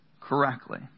correctly